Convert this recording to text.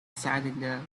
cylinder